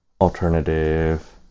alternative